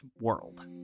world